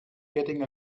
getting